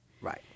Right